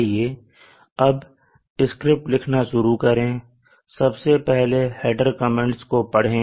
आइए अब स्क्रिप्ट लिखना शुरू करें सबसे पहले हेडर कमैंट्स को पढ़ें